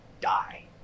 die